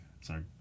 Sorry